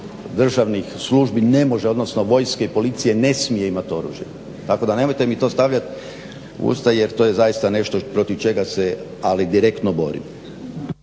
državnih službi odnosno vojske i policije ne smije imat oružje. Tako da nemojte mi to stavljat u usta jer to je zaista nešto protiv čega se ali direktno borim.